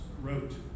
wrote